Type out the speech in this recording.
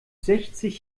sechzig